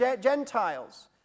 Gentiles